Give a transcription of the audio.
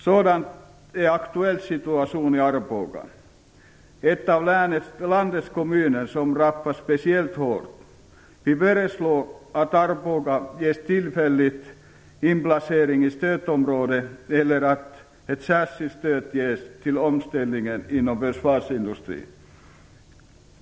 Sådan är den aktuella situationen i Arboga. Det är en av länets kommuner som har drabbats speciellt hårt. Vi föreslår att Arboga ges tillfällig inplacering i stödområde eller att ett särskilt stöd ges till omställningen inom försvarsindustrin.